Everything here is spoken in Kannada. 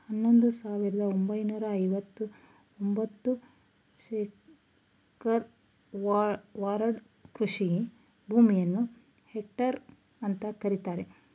ಹನ್ನೊಂದು ಸಾವಿರದ ಒಂಬೈನೂರ ಐವತ್ತ ಒಂಬತ್ತು ಸ್ಕ್ವೇರ್ ಯಾರ್ಡ್ ಕೃಷಿ ಭೂಮಿಯನ್ನು ಹೆಕ್ಟೇರ್ ಅಂತ ಕರೀತಾರೆ